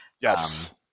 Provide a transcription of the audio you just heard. Yes